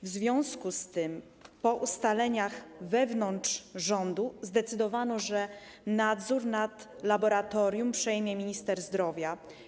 W związku z tym po ustaleniach wewnątrz rządu zdecydowano, że nadzór nad laboratorium przejmie minister zdrowia.